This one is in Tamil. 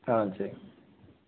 ஆ சரி